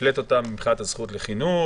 והפלית אותם בזכות לחינוך,